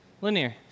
Linear